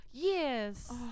Yes